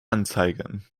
anzeigen